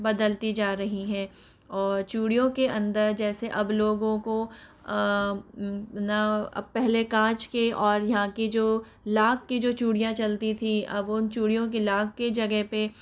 बदलती जा रही हैं और चूड़ियों के अंदर जैसे अब लोगों को ना अब पहले काँच के और यहाँ की जो लाक की जो चूड़ियाँ चलती थी अब उन चूड़ियों के लाक के जगह पे